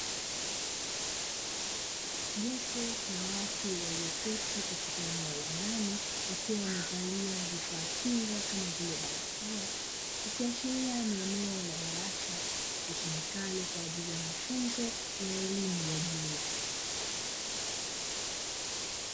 Jopo la watu walioketi katika eneo la ndani wakiwa wamevalia vifaa kinga kama vile: barakoa, ikiashiria ni eneo la darasa litumikalo kwa ajili ya mafunzo ya elimu ya juu.